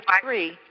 three